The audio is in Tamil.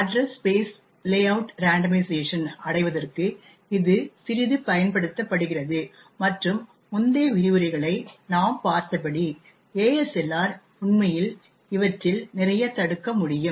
அட்ரஸ் ஸ்பேஸ் லேஅவுட் ரெண்டோமைசேஷன் அடைவதற்கு இது சிறிது பயன்படுத்தப்படுகிறது மற்றும் முந்தைய விரிவுரைகளை நாம் பார்த்தபடி ASLR உண்மையில் இவற்றில் நிறைய தடுக்க முடியும்